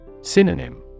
Synonym